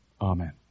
Amen